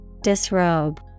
Disrobe